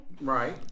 Right